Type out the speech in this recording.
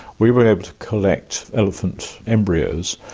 we were able to collect elephant embryos,